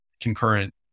concurrent